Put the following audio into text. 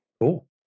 Cool